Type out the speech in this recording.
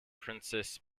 princess